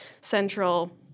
central